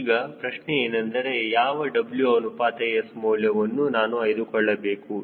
ಈಗ ಪ್ರಶ್ನೆ ಏನೆಂದರೆ ಯಾವ W ಅನುಪಾತ S ಮೌಲ್ಯವನ್ನು ನಾನು ಆಯ್ದುಕೊಳ್ಳಬೇಕು